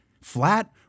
flat